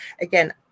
Again